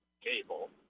cable